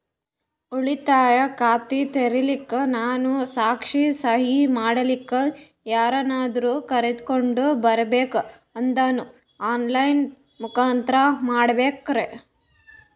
ಉಳಿತಾಯ ಖಾತ ತೆರಿಲಿಕ್ಕಾ ನಾನು ಸಾಕ್ಷಿ, ಸಹಿ ಮಾಡಲಿಕ್ಕ ಯಾರನ್ನಾದರೂ ಕರೋಕೊಂಡ್ ಬರಬೇಕಾ ಅದನ್ನು ಆನ್ ಲೈನ್ ಮುಖಾಂತ್ರ ಮಾಡಬೇಕ್ರಾ?